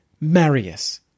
Marius